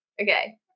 Okay